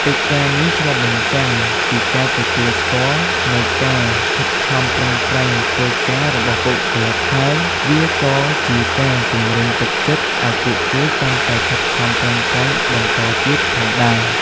កិច្ចការនេះឆ្លុះបញ្ចាំងពីការទទួលស្គាល់នូវការខិតខំប្រឹងប្រែងធ្វើការរបស់បុគ្គលិក ហើយវាក៏ជាការជម្រុញទឹកចិត្តឱ្យពួកគេកាន់តែខិតខំប្រឹងប្រែងបន្តទៀតផងដែរ។